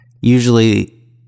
usually